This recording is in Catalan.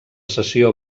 sessió